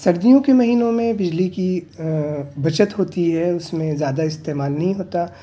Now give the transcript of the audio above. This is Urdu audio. سردیوں کے مہینوں میں بجلی کی بچت ہوتی ہے اس میں زیادہ استعمال نہیں ہوتا